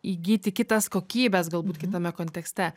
įgyti kitas kokybes galbūt kitame kontekste